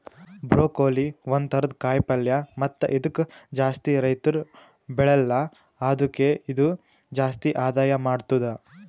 broccoli ಒಂದ್ ಥರದ ಕಾಯಿ ಪಲ್ಯ ಮತ್ತ ಇದುಕ್ ಜಾಸ್ತಿ ರೈತುರ್ ಬೆಳೆಲ್ಲಾ ಆದುಕೆ ಇದು ಜಾಸ್ತಿ ಆದಾಯ ಮಾಡತ್ತುದ